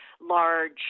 large